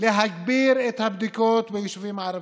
להגביר את הבדיקות ביישובים הערביים,